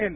L